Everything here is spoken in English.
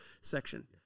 section